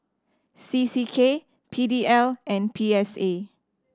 C C K P D L and P S A